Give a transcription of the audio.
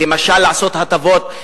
למשל לעשות הטבות,